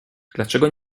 dlaczego